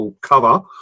cover